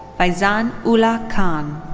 faizan ullah khan.